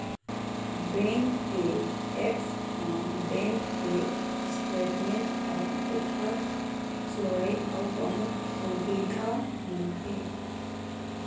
bank के apps म bank के स्टेटमेंट अउ ओखर छोड़े अउ बहुते सुबिधा मिलथे